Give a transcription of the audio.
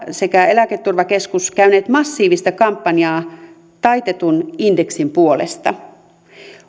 sekä eläketurvakeskus käyneet massiivista kampanjaa taitetun indeksin puolesta